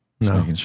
No